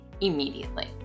immediately